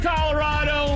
Colorado